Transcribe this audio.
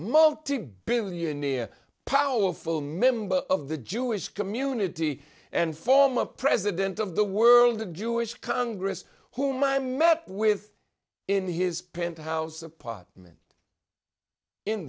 multi billionaire powerful member of the jewish community and form a president of the world jewish congress whom i met with in his penthouse apartment in